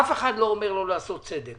אף אחד לא אומר לא לעשות צדק.